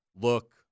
look